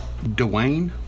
Dwayne